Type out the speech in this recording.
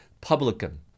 publican